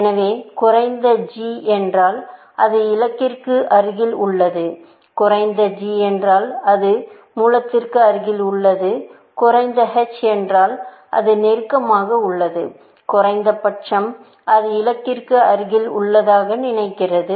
எனவே குறைந்த g என்றால் அது இலக்கிற்கு அருகில் உள்ளது குறைந்த g என்றால் அது மூலத்திற்கு அருகில் உள்ளது குறைந்த h என்றால் அது நெருக்கமாக உள்ளது குறைந்தபட்சம் அது இலக்கிற்கு அருகில் உள்ளதாக நினைக்கிறது